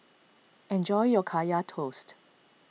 enjoy your Kaya Toast